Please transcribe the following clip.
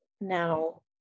now